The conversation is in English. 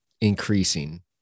increasing